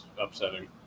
upsetting